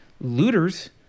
looters